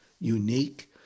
unique